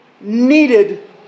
needed